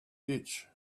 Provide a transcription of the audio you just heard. ditch